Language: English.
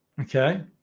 Okay